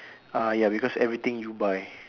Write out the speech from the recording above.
uh ya because everything you buy